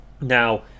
now